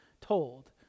told